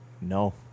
no